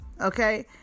Okay